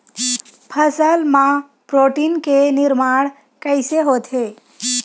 फसल मा प्रोटीन के निर्माण कइसे होथे?